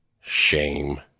shame